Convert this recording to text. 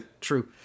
True